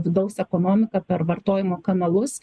vidaus ekonomiką per vartojimo kanalus